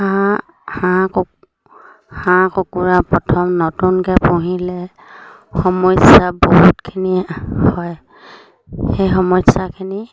হাঁহ হাঁহ কুকুৰা প্ৰথম নতুনকৈ পুহিলে সমস্যা বহুতখিনি হয় সেই সমস্যাখিনি